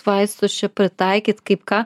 vaistus čia pritaikyt kaip ką